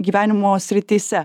gyvenimo srityse